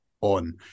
on